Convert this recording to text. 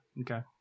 Okay